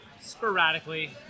Sporadically